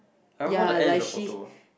I remember the end is the photo